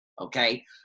okay